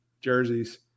jerseys